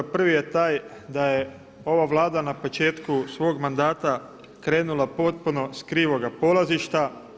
Prvi je taj da je ova Vlada na početku svoga mandata krenula potpuno s krivoga polazišta.